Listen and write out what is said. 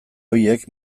horiek